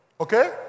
Okay